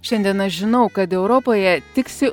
šiandien aš žinau kad europoje tiksi